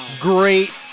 Great